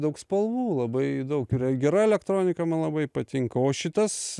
daug spalvų labai daug yra gera elektronika man labai patinka o šitas